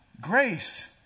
grace